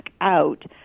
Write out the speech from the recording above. out